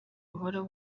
buhoro